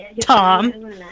Tom